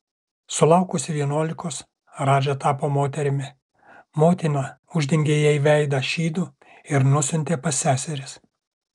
sulaukusi vienuolikos radža tapo moterimi motina uždengė jai veidą šydu ir nusiuntė pas seseris